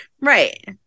Right